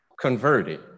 converted